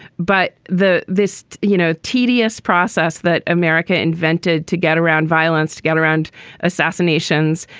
but the this, you know, tedious process that america invented to get around violence, to get around assassinations,